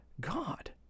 God